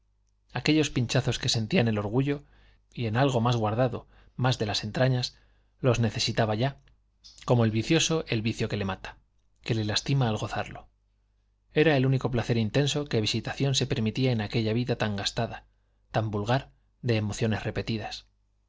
aquellos pinchazos que sentía en el orgullo y en algo más guardado más de las entrañas los necesitaba ya como el vicioso el vicio que le mata que le lastima al gozarlo era el único placer intenso que visitación se permitía en aquella vida tan gastada tan vulgar de emociones repetidas